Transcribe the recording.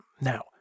Now